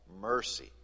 mercy